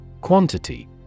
Quantity